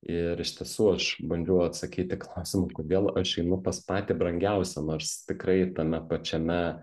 ir iš tiesų aš bandžiau atsakyt į klausimą kodėl aš einu pas patį brangiausią nors tikrai tame pačiame